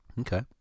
okay